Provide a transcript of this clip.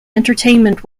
entertainment